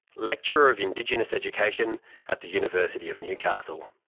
lecturer of indigenous education at the university of newcastle.